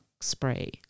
spray